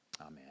Amen